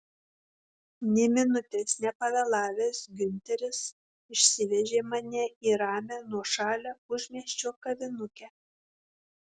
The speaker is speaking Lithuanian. nė minutės nepavėlavęs giunteris išsivežė mane į ramią nuošalią užmiesčio kavinukę